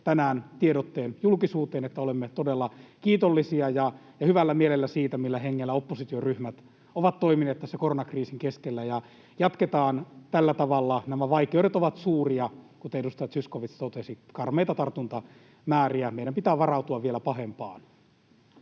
tänään tiedotteen julkisuuteen, että olemme todella kiitollisia ja hyvällä mielellä siitä, millä hengellä oppositioryhmät ovat toimineet tässä koronakriisin keskellä. Jatketaan tällä tavalla. Nämä vaikeudet ovat suuria, kuten edustaja Zyskowicz totesi: karmeita tartuntamääriä. Meidän pitää varautua vielä pahempaan.